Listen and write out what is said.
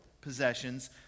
possessions